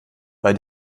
weil